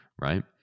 right